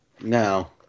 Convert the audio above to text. no